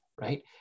right